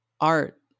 art